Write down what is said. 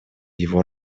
его